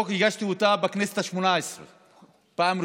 הגשתי את הצעת החוק בכנסת השמונה-עשרה בפעם הראשונה,